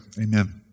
Amen